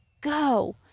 go